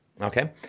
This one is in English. Okay